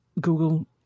Google